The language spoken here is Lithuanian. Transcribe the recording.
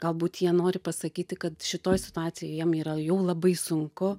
galbūt jie nori pasakyti kad šitoj situacijoj jiem yra jau labai sunku